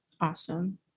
Awesome